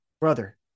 brother